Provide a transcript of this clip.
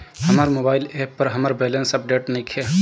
हमर mobile app पर हमर बैलेंस अपडेट नइखे